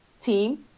team